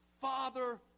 Father